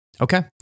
Okay